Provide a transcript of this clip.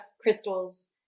crystals